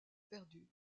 perdus